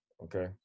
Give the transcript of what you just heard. okay